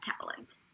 talent